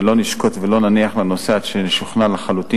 ולא נשקוט ולא נניח לנושא עד שנשוכנע לחלוטין